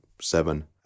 seven